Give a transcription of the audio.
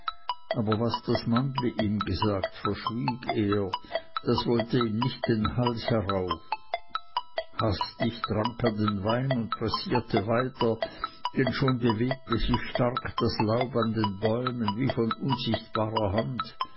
aber was das mannli ihm gesagt verschwieg er das wollte ihm nicht den hals herauf hastig trank er den wein und pressierte weiter denn schon bewegte sich stark das laub an den bäumen wie von unsichtbarer hand